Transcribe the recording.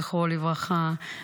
זכרו לברכה,